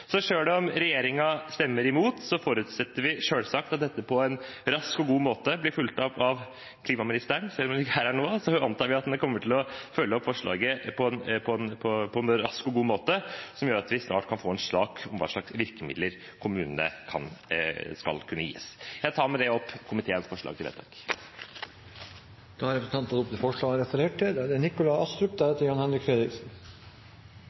Så selv om regjeringen stemmer imot, forutsetter og antar vi selvsagt at dette blir fulgt opp av klimaministeren – selv om hun ikke er her nå – på en rask og god måte, som gjør at vi snart kan få en sak om hva slags virkemidler kommunene skal kunne gis. Jeg vil med dette anbefale komiteens innstilling. Dårlig luftkvalitet i våre største byer er en betydelig utfordring spesielt om vinteren. Det er